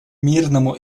мирному